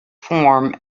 form